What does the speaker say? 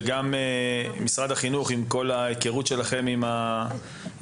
וגם משרד החינוך עם ההיכרות שלכם עם השטח.